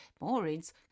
Maureen's